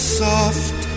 soft